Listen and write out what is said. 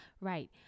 Right